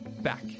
Back